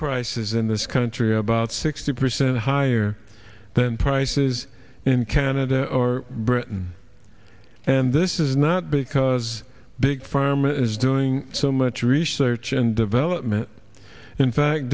prices in this country about sixty percent higher than prices in canada or britain and this is not because big pharma is doing so much research and development in fact